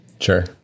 Sure